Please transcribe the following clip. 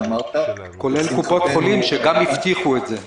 אמרת --- כולל קופות חולים שגם הבטיחו את זה.